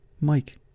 Mike